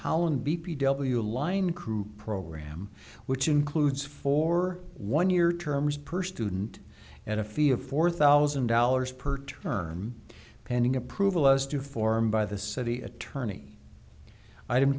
holland b p w line crew program which includes for one year terms per student and a fee of four thousand dollars per term pending approval as to form by the city attorney item